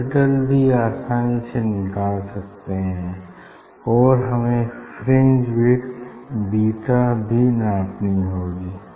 capital D आसानी से निकाल सकते हैं और हमें फ्रिंज विड्थ बीटा भी नापनी होगी